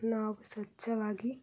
ನಾವು ಸ್ವಚ್ಛವಾಗಿ